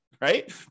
Right